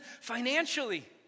financially